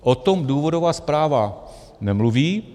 O tom důvodová zpráva nemluví.